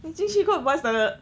你进去过 boys' toilet